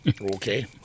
Okay